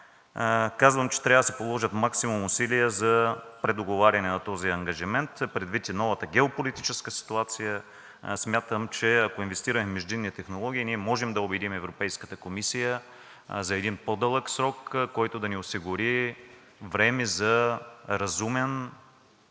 Казвам, че трябва да се положат максимум усилия за предоговаряне на този ангажимент. Предвид и новата геополитическа ситуация, смятам, че ако инвестираме в междинни технологии, ние можем да убедим Европейската комисия за един по-дълъг срок, който да ни осигури време за разумен,